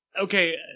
okay